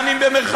גם אם במירכאות,